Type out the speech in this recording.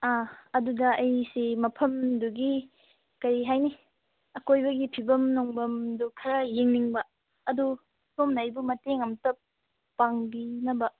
ꯑꯥ ꯑꯗꯨꯗ ꯑꯩꯁꯤ ꯃꯐꯝꯗꯨꯒꯤ ꯀꯔꯤ ꯍꯥꯏꯅꯤ ꯑꯀꯣꯏꯕꯒꯤ ꯐꯤꯕꯝ ꯅꯨꯡꯕꯝꯗꯨ ꯈꯔ ꯌꯦꯡꯅꯤꯡꯕ ꯑꯗꯨ ꯁꯣꯝꯅ ꯑꯩꯕꯨ ꯃꯇꯦꯡ ꯑꯃꯨꯛꯇ ꯄꯥꯡꯕꯤꯅꯕ